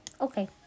Okay